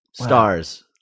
Stars